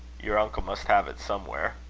your uncle must have it somewhere.